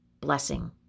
blessing